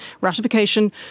ratification